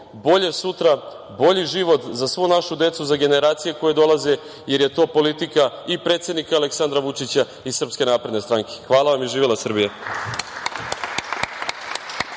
bolje sutra, bolji život za svu našu decu, za generacije koje dolaze, jer je to politika i predsednika Aleksandra Vučića i SNS. Hvala i živela Srbija.